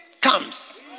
comes